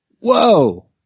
Whoa